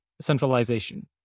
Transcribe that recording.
centralization